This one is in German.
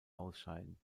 ausscheiden